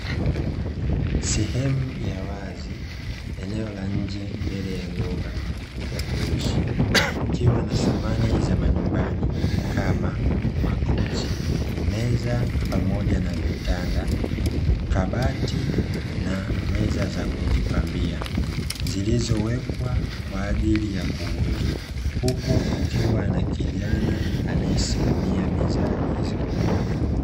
Sehemu ya wazi, eneo la nje, mbele ya nyumba za kuishi kukiwa na samani za majumbani kama makochi, meza pamoja na vitanda, kabati, na meza za kujipambia zilizowekwa kwa ajili ya kuuzwa. Huku kukiwa na kijana anayesimamia bidhaa hizo.